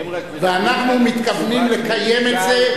אנחנו מתכוונים לקיים את זה,